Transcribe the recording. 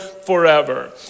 Forever